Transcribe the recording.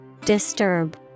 Disturb